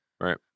Right